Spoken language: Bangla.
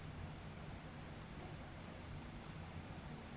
জমি জায়গা অলেক আছে সে মালুসট তার পরপার্টি ইলসুরেলস ক্যরে